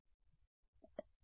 విద్యార్థి లేదు